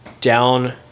down